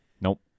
Nope